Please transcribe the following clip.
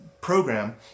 program